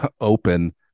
open